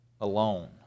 alone